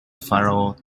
pharaoh